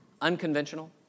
unconventional